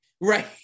right